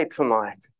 tonight